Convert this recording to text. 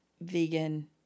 vegan